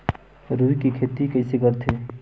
रुई के खेती कइसे करथे?